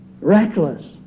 Reckless